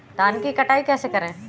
धान की कटाई कैसे करें?